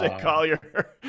collier